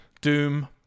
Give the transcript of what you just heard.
Doom